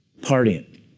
partying